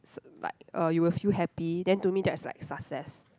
s~ like uh you will feel happy then to me that's like success